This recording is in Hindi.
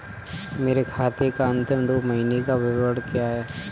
मेरे खाते का अंतिम दो महीने का विवरण क्या है?